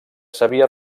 s’havia